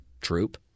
troop